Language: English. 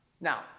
Now